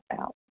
out